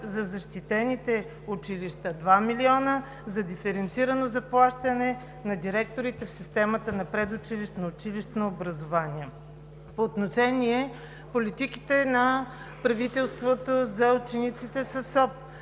за защитените училища, 2 млн. лв. за диференцирано заплащане на директорите в системата на предучилищното и училищното образование. По отношение политиките на правителството за учениците със СОП